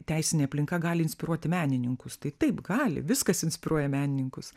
teisinė aplinka gali inspiruoti menininkus tai taip gali viskas inspiruoja menininkus